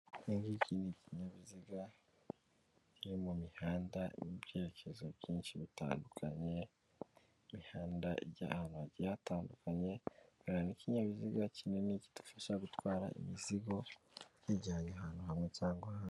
Ikingiki ni ikinyabiziga kiri mumihanda y'ibyerekezo byinshi bitandukanye imihanda ijya ahantu hagiye hatandukanye, hari n'ikinyabiziga kinini kidufasha gutwara imizigo nijyanye ahantu hamwe cyangwa ahandi.